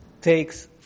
takes